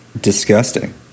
Disgusting